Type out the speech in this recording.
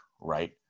right